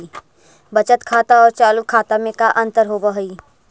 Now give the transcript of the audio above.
बचत खाता और चालु खाता में का अंतर होव हइ?